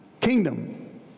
kingdom